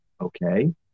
Okay